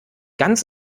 ganz